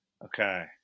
Okay